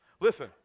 Listen